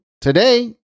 today